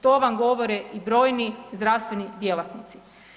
To vam govore i brojni zdravstveni djelatnici.